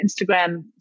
Instagram